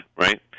right